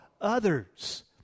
others